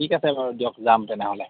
ঠিক আছে বাৰু দিয়ক যাম তেনেহ'লে